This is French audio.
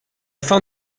fin